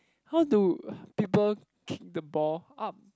how do people kick the ball up